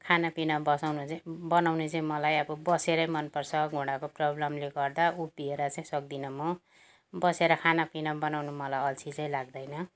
खानापिना बसाउनु चाहिँ बनाउनु चाहिँ मलाई अब बसेरै मनपर्छ घुँडाको प्रब्लमले गर्दा उभिएर चाहिँ सक्दिनँ म बसेर खानापिना बनाउनु मलाई अल्छी चाहिँ लाग्दैन